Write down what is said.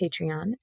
Patreon